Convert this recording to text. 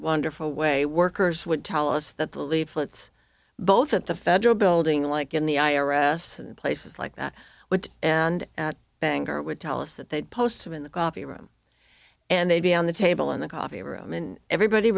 wonderful way workers would tell us that the leaflets both at the federal building like in the i r s places like wood and bangor would tell us that they'd post it in the coffee room and they'd be on the table in the coffee room and everybody